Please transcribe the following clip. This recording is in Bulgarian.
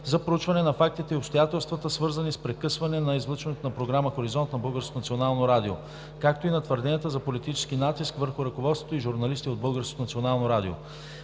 за проучване на фактите и обстоятелствата, свързани с прекъсване на излъчването на програма „Хоризонт“ на Българското национално радио, както и на твърденията за политически натиск върху ръководството и журналисти от